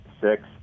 six